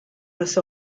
los